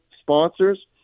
sponsors